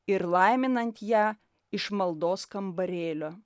ir laiminant ją iš maldos kambarėlio